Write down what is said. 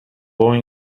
boy